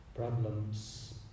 problems